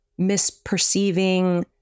misperceiving